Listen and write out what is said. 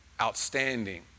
outstanding